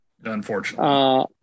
Unfortunately